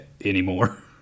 anymore